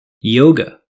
yoga